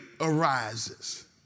arises